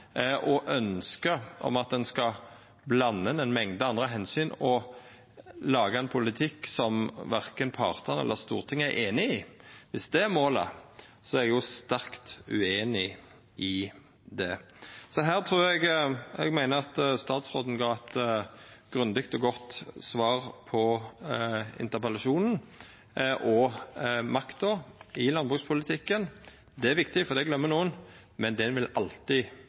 Og ønsket om at ein skal blanda inn ein mengde andre omsyn og laga ein politikk som verken partane eller Stortinget er einige i – viss det er målet, er eg sterkt ueinig i det. Her meiner eg at statsråden gav eit grundig og godt svar på interpellasjonen. Makta i landbrukspolitikken – og det er viktig, for det gløymer nokon – vil alltid